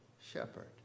shepherd